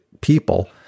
people